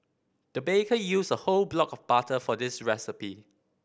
the baker used a whole block of butter for this recipe